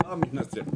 סליחה, מתנצל.